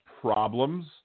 problems